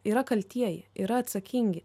yra kaltieji yra atsakingi